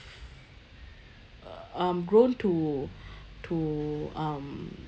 um grown to to um